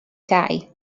dai